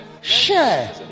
Share